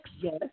Yes